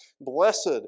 Blessed